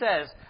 says